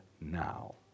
now